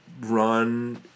run